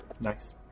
Nice